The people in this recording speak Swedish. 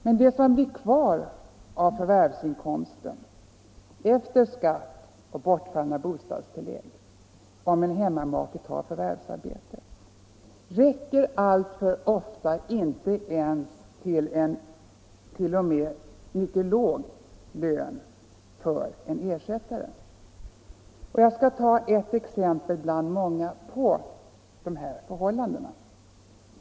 Men det som blir kvar av förvärvsinkomsten efter skatt och bortfallna bostadstillägg, om en hemmamake tar förvärvsarbete, räcker alltför ofta inte ens till en mycket låg lön för en ersättare. Jag skall ta ett exempel bland många på dessa förhållanden.